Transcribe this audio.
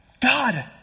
God